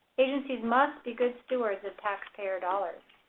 agencies must be good stewards of tax payer dollars.